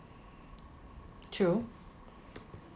true